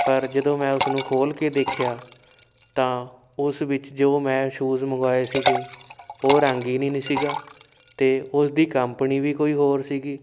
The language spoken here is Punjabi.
ਪਰ ਜਦੋਂ ਮੈਂ ਉਸਨੂੰ ਖੋਲ੍ਹ ਕੇ ਦੇਖਿਆ ਤਾਂ ਉਸ ਵਿੱਚ ਜੋ ਮੈਂ ਸ਼ੂਜ ਮੰਗਾਏ ਸੀਗੇ ਉਹ ਰੰਗ ਹੀ ਨਹੀਂ ਸੀਗਾ ਅਤੇ ਉਸ ਦੀ ਕੰਪਨੀ ਵੀ ਕੋਈ ਹੋਰ ਸੀਗੀ